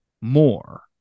more